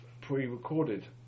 pre-recorded